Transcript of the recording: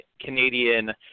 Canadian